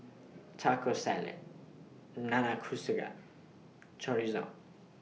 Taco Salad Nanakusa Chorizo